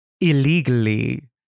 illegally